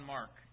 Mark